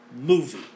movie